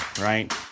right